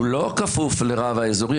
הוא לא כפוף לרב האזורי.